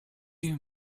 you